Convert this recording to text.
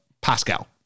Pascal